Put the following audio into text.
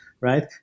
right